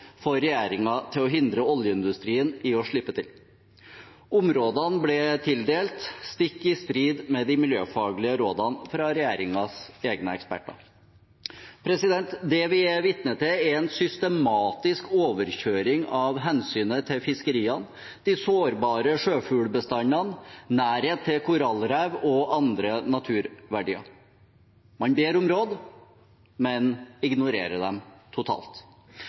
for regjeringen til å hindre oljeindustrien i å slippe til. Områdene ble tildelt, stikk i strid med de miljøfaglige rådene fra regjeringens egne eksperter. Det vi er vitne til, er en systematisk overkjøring av hensynet til fiskeriene, de sårbare sjøfuglbestandene, nærheten til korallrev og andre naturverdier. Man ber om råd, men ignorerer dem totalt.